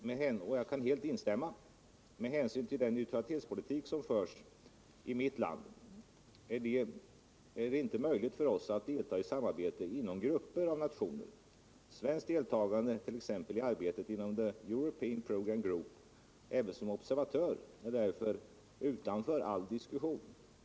”Med hänsyn till den neutralitetspolitik som förs i mitt land är det inte möjligt för oss att delta i samarbete inom grupper av nationer. Svenskt deltagande, t.ex. i arbetet inom The European Programme Group, även som observatör, är därför utanför utanför all diskussion.